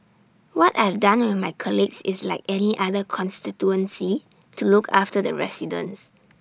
what I've done with my colleagues is like any other constituency to look after the residents